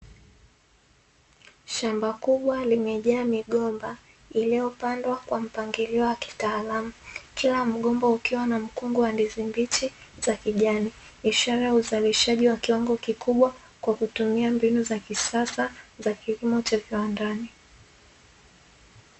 Shamba kubwa limejaa migomba iliyopandwa kwa mpangilio wa kitaalamu, kila mgomba ukiwa na mkungu wa ndizi mbichi za kijani ishara ya uzalishaji wa kiwango kikubwa kwa kutumia mbinu za kisasa za kilimo cha viwandani.